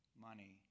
money